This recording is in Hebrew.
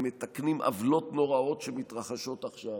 הם מתקנים עוולות נוראות שמתרחשות עכשיו,